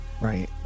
Right